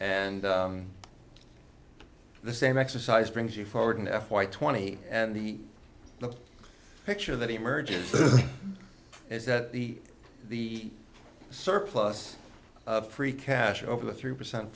and the same exercise brings you forward in f y twenty and the picture that emerges is that the the surplus of free cash over the three percent